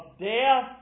death